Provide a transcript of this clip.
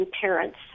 parents